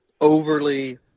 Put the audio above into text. overly